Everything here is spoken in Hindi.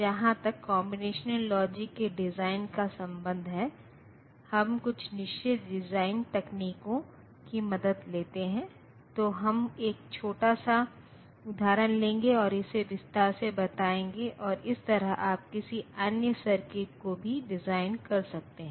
लेकिन आप देखते हैं कि ऋणात्मक संख्याएँ काफी सामान्य हैं जैसे कि जब आप विशेष रूप से घटाव ऑपरेशनकर रहे हैं तो आप एक ऋणात्मक संख्या प्राप्त कर सकते हैं और उस ऋणात्मक संख्या को भी कंप्यूटर सिस्टम में संग्रहित करना होगा